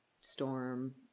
storm